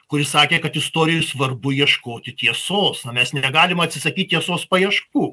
kuris sakė kad istorijoj svarbu ieškoti tiesos na mes negalim atsisakyt tiesos paieškų